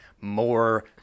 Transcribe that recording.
more